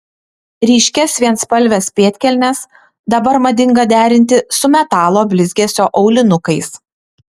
ryškias vienspalves pėdkelnes dabar madinga derinti su metalo blizgesio aulinukais